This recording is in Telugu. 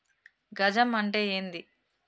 గజం అంటే ఏంది?